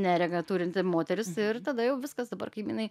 neregą turinti moteris ir tada jau viskas dabar kaimynai